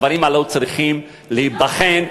הדברים באמת צריכים להיבחן,